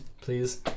please